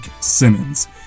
Simmons